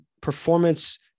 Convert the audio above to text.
performance